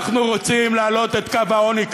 אנחנו רוצים להעלות את קו העוני.